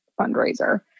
fundraiser